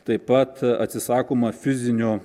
taip pat atsisakoma fizinio